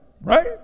right